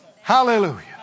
Hallelujah